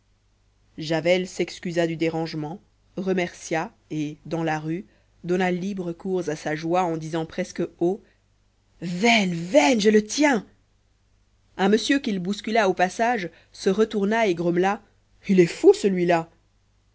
javel s'excusa du dérangement remercia et dans la rue donna libre cours à sa joie en disant presque haut veine veine je le tiens un monsieur qu'il bouscula au passage se retourna et grommela il est fou celui-là